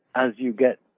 as you get